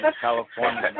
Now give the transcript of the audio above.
California